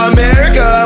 America